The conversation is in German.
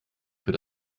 für